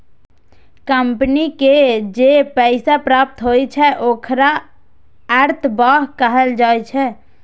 company के जे पैसा प्राप्त होइ छै, ओखरा अंतर्वाह कहल जाइ छै